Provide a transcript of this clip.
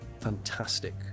fantastic